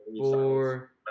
four